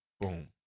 boom